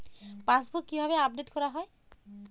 Passbook কিভাবে update করা হয়?